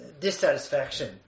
dissatisfaction